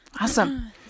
Awesome